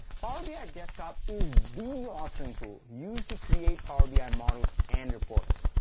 bi um yeah desktop is the authoring tool, used to create power bi models and reports.